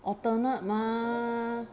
alternate mah